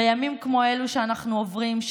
בימים כמו אלו שאנחנו עוברים,